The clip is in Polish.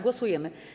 Głosujemy.